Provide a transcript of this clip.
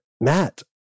Matt